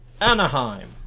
Anaheim